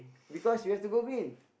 because we have to go green